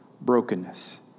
brokenness